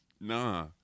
nah